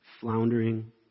floundering